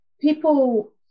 people